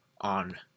on